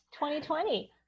2020